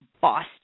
Boston